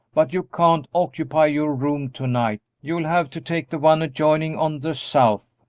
but you can't occupy your room to-night you'll have to take the one adjoining on the south.